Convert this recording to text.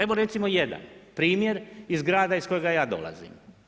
Evo recimo jedan primjer iz grada iz kojega ja dolazim.